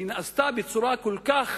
שנעשתה בצורה כל כך